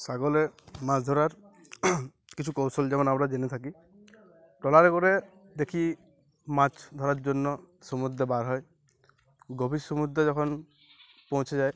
সাগরে মাছ ধরার কিছু কৌশল যেমন আমরা জেনে থাকি ট্রলারে করে দেখি মাছ ধরার জন্য সমুদ্রে বার হয় গভীর সমুদ্রে যখন পৌঁছে যায়